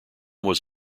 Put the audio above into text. was